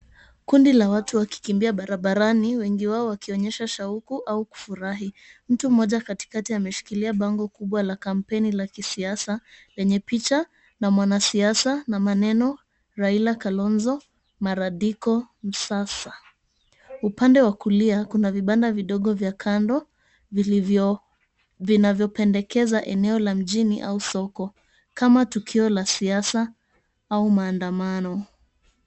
Kundi la watu wakikimbia barabarani, wengi wao wakionyesha shauku au kufurahi. Mtu mmoja katikati ameshikilia bango kubwa la kampeni la kisiasa, lenye picha na mwanasiasa na maneno, "Raila, Kalonzo, maradiko msasa." Upande wa kulia kuna vibanda vidogo vya kando, vinavyopendekeza eneo la mjini au soko, kama tukio la siasa au maandamano.